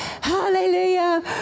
hallelujah